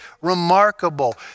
remarkable